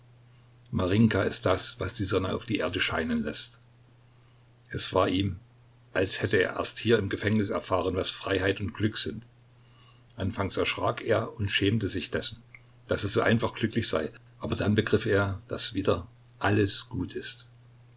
ist das was die sonne auf die erde scheinen läßt es war ihm als hätte er erst hier im gefängnis erfahren was freiheit und glück sind anfangs erschrak er und schämte sich dessen daß er so einfach glücklich sei aber dann begriff er daß wieder alles gut ist